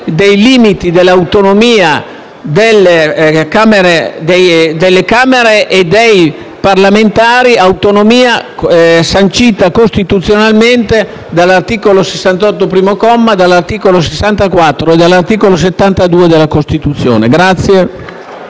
dei limiti dell'autonomia delle Camere e dei parlamentari, autonomia sancita dall'articolo 68, primo comma, dall'articolo 64 e dall'articolo 72 della Costituzione.